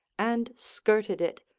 and skirted it,